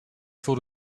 voor